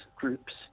groups